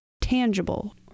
tangible